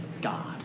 God